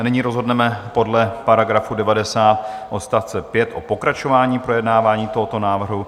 Nyní rozhodneme podle § 90 odst. 5 o pokračování projednávání tohoto návrhu.